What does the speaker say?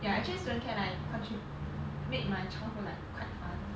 ya actually student care like contri~ made my childhood like quite fun